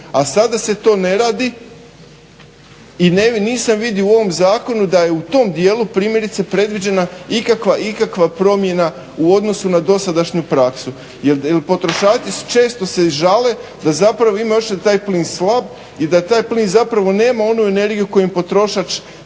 A sada se to ne radi i nisam vidio u ovom zakonu da je u tom dijelu primjerice predviđena ikakva promjena u odnosu na dosadašnju praksu. Jer potrošači često se i žale da zapravo imaju osjećaj da je taj plin slab i da taj plin zapravo nema onu energiju koju im potrošač